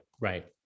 right